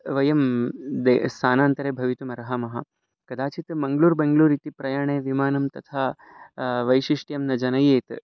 वयं देशं स्थानान्तरे भवितुम् अर्हामः कदाचित् मङ्ग्लूर् बेङ्ग्लूरु इति प्रयाणे विमानं तथा वैशिष्ट्यं न जनयेत्